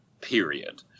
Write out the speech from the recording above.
period